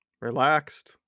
relaxed